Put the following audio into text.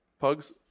pugs